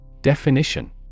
Definition